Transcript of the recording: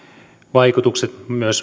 vaikutukset